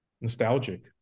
nostalgic